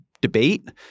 debate